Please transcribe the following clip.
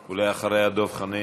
אחריה, דב חנין.